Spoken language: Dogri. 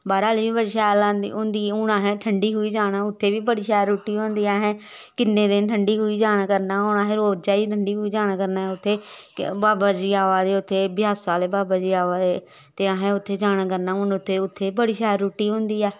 बाह्र आह्ली बी बड़ी शैल होंदी हून असें ठंडी खुई जाना उत्थें बी बड़ी शैल रुट्टी होंदी असें किन्ने दिन ठंडी खुई जाना करना हून असें रोजै ठंडी खुई जाना करना उत्थै बाबा जी आवा दे उत्थै ब्यासा आह्ले बाबा जी आवा दे ते असें उत्थें जाना करना हून उत्थें उत्थें बड़ी शैल रुट्टी होंदी ऐ